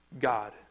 God